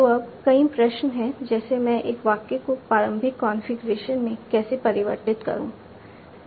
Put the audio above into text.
तो अब कई प्रश्न हैं जैसे मैं एक वाक्य को प्रारंभिक कॉन्फ़िगरेशन में कैसे परिवर्तित करूँ